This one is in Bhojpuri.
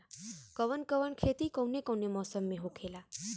कवन कवन खेती कउने कउने मौसम में होखेला?